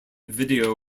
video